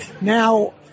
Now